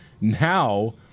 Now